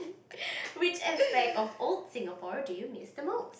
which aspect of old Singapore do you miss the most